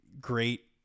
great